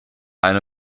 eine